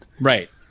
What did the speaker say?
Right